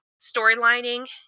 storylining